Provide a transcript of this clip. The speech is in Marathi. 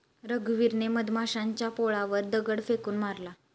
रघुवीरने मधमाशांच्या पोळ्यावर दगड फेकून मारला